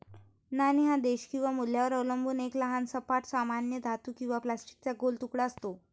नाणे हा देश किंवा मूल्यावर अवलंबून एक लहान सपाट, सामान्यतः धातू किंवा प्लास्टिकचा गोल तुकडा असतो